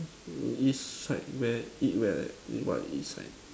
east side where eat where what east side